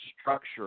structure